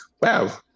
wow